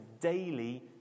daily